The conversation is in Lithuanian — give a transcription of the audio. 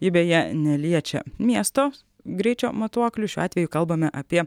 ji beje neliečia miesto greičio matuoklių šiuo atveju kalbame apie